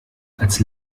als